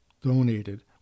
donated